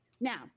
now